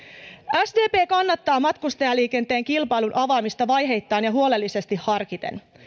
sdp kannattaa matkustajaliikenteen kilpailun avaamista vaiheittain ja huolellisesti harkiten